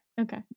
Okay